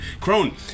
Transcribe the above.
Crone